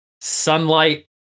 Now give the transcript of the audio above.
sunlight